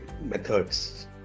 methods